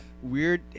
Weird